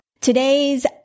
Today's